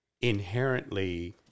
inherently